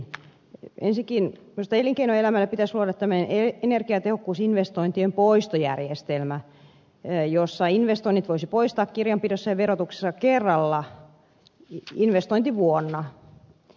ensinnäkin minusta elinkeinoelämälle pitäisi luoda energiatehokkuusinvestointien poistojärjestelmä jossa investoinnit voisi poistaa kirjanpidossa ja verotuksessa kerralla investointivuonna